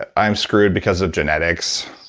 i'm screwed because of genetics.